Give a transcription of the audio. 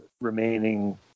remaining